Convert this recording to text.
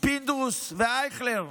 פינדרוס ואייכלר.